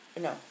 No